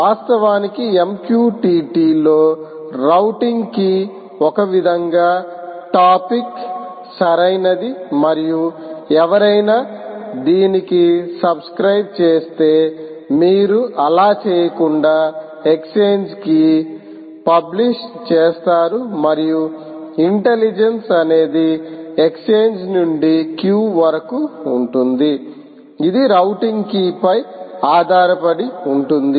వాస్తవానికి MQTT లో routing key ఒక విధంగా టాపిక్ సరైనది మరియు ఎవరైనా దీనికి సబ్స్క్రయిబ్ చేస్తే మీరు అలా చేయకుండా ఎక్స్ఛేంజికి పబ్లిష్ చేస్తారు మరయు ఇంటెలిజెన్స్ అనేది ఎక్స్ఛేంజ్ నుండి q వరకు ఉంటుంది ఇది రౌటింగ్ కీ పై ఆధారపడి ఉంటుంది